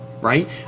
right